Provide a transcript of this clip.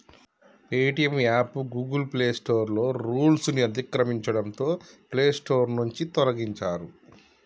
Paytm app Google play store rules ని అతిక్రమించడంతో play store నుంచి తొలగించారు